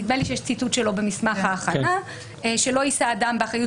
נדמה לי שיש ציטוט שלו במסמך ההכנה שלא יישא אדם באחריות